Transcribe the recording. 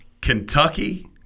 Kentucky